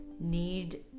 need